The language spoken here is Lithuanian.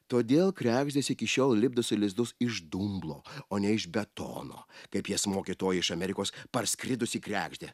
todėl kregždės iki šiol lipdosi lizdus iš dumblo o ne iš betono kaip jas mokė toji iš amerikos parskridusi kregždė